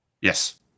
yes